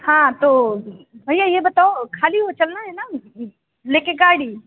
हाँ तो भैया ये बताओ ख़ाली हो चलना है ना ले के गाड़ी